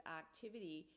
activity